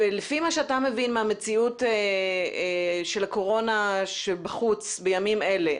ולפי מה שאתה מבין מהמציאות של הקורונה בחוץ בימים אלה,